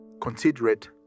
considerate